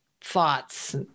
thoughts